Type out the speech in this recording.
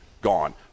gone